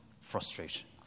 frustration